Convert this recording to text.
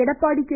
Edappadi K